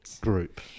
group